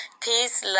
Peace